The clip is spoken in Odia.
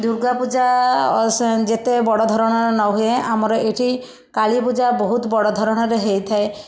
ଦୁର୍ଗାପୂଜା ସ ଯେତେ ବଡ଼ ଧରଣର ନ ହୁଏ ଆମର ଏଇଠି କାଳୀପୂଜା ବହୁତ ବଡ଼ ଧରଣର ହେଇଥାଏ